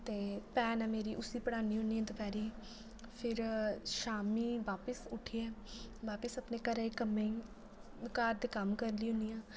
ते भैन ऐ मेरी उसी पढ़ानी होनी दपैह्रीं फिर शामीं बापस उठियै बापस अपने घरै दे क'म्में ई घर दे क'म्म करनी होनी आं